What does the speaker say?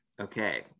Okay